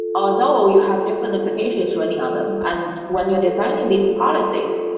although you have different applications running on them. and when you're designing these policies,